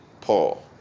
Paul